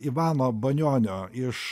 ivano banionio iš